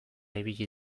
ibili